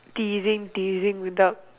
teasing teasing without